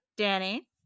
Danny